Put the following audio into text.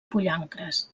pollancres